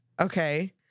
Okay